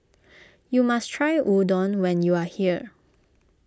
you must try Udon when you are here